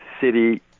city